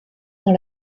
dans